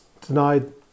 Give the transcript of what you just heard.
denied